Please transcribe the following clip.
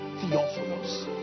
Theophilus